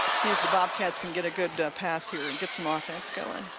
see if the bobcats can get a good pat here and get some ah offense going.